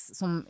som